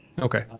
Okay